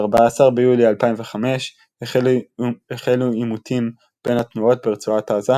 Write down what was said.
ב-14 ביולי 2005 החלו עימותים בין התנועות ברצועת עזה,